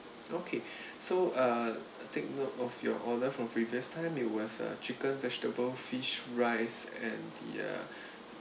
okay so uh take note of your order from previous time you want uh chicken vegetable fish rice and the uh